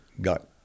got